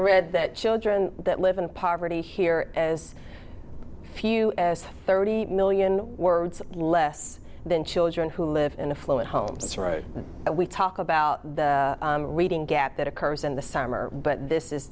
read that children that live in poverty hear as few as thirty million words less than children who live in a fluid homes and we talk about the reading gap that occurs in the summer but this is